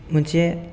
मोनसे